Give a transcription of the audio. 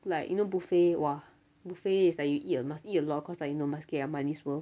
like you know buffet !wah! buffet is like you eat you must eat a lot cause like you know must get your money's worth